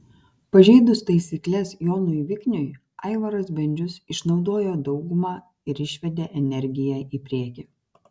pažeidus taisykles jonui vikniui aivaras bendžius išnaudojo daugumą ir išvedė energiją į priekį